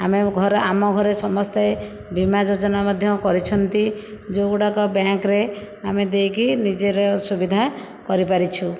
ଆମେ ଘରେ ଆମ ଘରେ ସମସ୍ତେ ବୀମା ଯୋଜନା ମଧ୍ୟ କରିଛନ୍ତି ଯେଉଁଗୁଡ଼ାକ ବ୍ୟାଙ୍କରେ ଆମେ ଦେଇକି ନିଜର ସୁବିଧା କରିପାରିଛୁ